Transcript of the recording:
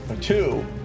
Two